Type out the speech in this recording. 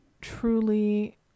truly